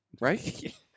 Right